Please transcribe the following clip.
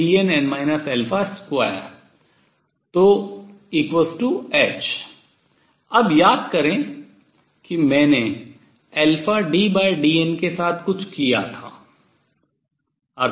2h अब याद करें कि मैंने ddn के साथ कुछ किया था